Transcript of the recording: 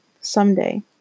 someday